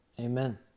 Amen